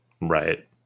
Right